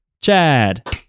Chad